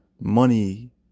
Money